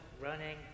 running